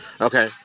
okay